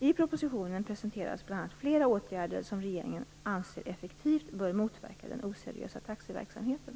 I propositionen presenteras bl.a. flera åtgärder som regeringen anser effektivt bör motverka den oseriösa taxiverksamheten.